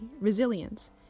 resilience